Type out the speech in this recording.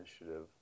Initiative